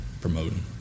promoting